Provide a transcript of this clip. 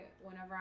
whenever